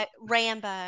Rambo